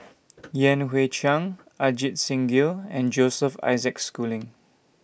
Yan Hui Chang Ajit Singh Gill and Joseph Isaac Schooling